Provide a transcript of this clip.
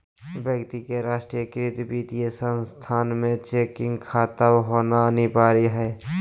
व्यक्ति का राष्ट्रीयकृत वित्तीय संस्थान में चेकिंग खाता होना अनिवार्य हइ